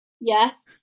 yes